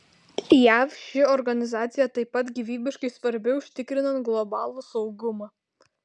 jav ši organizacija taip pat gyvybiškai svarbi užtikrinant globalų saugumą